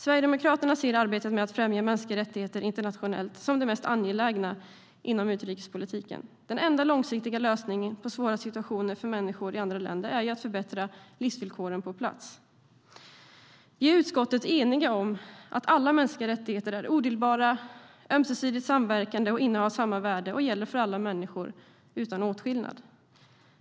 Sverigedemokraterna ser arbetet med att främja mänskliga rättigheter internationellt som det mest angelägna inom utrikespolitiken. Den enda långsiktiga lösningen på svåra situationer för människor i andra länder är att förbättra livsvillkoren på plats. Vi är i utskottet eniga om att alla mänskliga rättigheter är odelbara, ömsesidigt samverkande, innehar samma värde och gäller för alla människor utan åtskillnad.